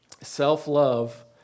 self-love